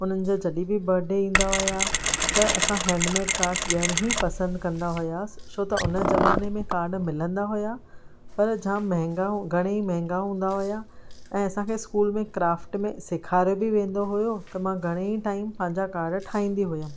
हुननि जा जॾी बि बर्थ डे ईंदा हुआ त असां हेंडमेड कार्ड्स ॾियण ई पसंदि कंदा हुआसीं छो त हुन ज़माने में कार्ड मिलंदा हुआ पर जाम महांगा घणा ई महांगा हुआ ऐं असां खे स्कूल में क्राफ्ट में सिखारियो बि वेंदो हुयो त मां घणे ई टाइम पंहिंजा कार्ड्स ठाहींदी हुयमि